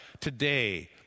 today